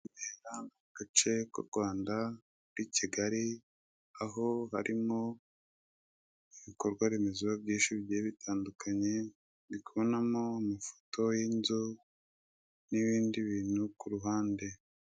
Remera ni agace k'u Rwanda, k'i Kigali, aho harimo ibikorwaremezo byinshi bigiye bitandukanye, ndikubonamo amafoto y'inzu n'ibindi bintu ku ruhande.